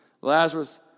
Lazarus